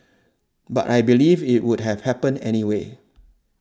but I believe it would have happened anyway